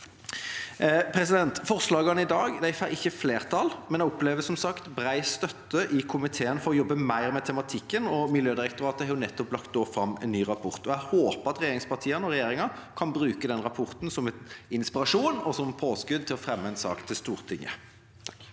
utslipp. Forslagene i dag får ikke flertall, men jeg opplever, som sagt, bred støtte i komiteen for å jobbe mer med tematikken. Miljødirektoratet har nettopp lagt fram en ny rapport, og jeg håper regjeringspartiene og regjeringa kan bruke den rapporten som en inspirasjon og som et påskudd til å fremme en sak for Stortinget.